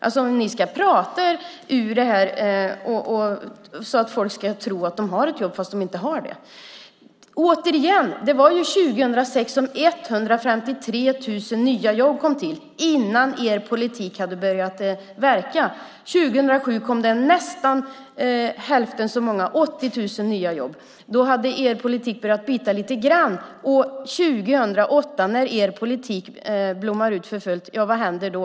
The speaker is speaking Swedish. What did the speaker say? Ni ska alltså prata er ur detta och få folk att tro att de har ett jobb fastän de inte har det. Det var år 2006 som 153 000 nya jobb kom till, innan er politik hade börjat verka. År 2007 kom det nästan hälften så många, 80 000, nya jobb. Då hade er politik börjat bita lite grann. År 2008 när er politik blommar ut för fullt, vad händer då?